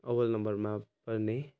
अब्बल नम्बरमा पर्ने